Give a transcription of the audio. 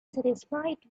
satisfied